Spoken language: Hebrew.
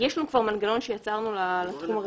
יש לנו כבר מנגנון שיצרנו לתחום הרלוונטי.